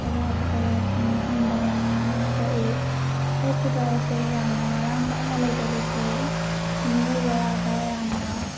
ꯑꯋꯥꯕ ꯀꯌꯥ ꯊꯦꯡꯅꯍꯟꯕ ꯃꯌꯥꯝ ꯑꯃ ꯊꯣꯛꯑꯦ ꯍꯣꯁꯄꯤꯇꯥꯜꯁꯦ ꯌꯥꯝꯅ ꯃꯔꯥꯡ ꯀꯥꯏꯅ ꯂꯩꯇꯕꯁꯦ ꯃꯤꯑꯣꯏꯕꯗ ꯌꯥꯝꯅ